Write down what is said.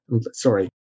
sorry